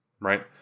right